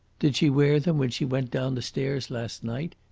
did she wear them when she went down the stairs last night?